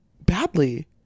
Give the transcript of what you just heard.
badly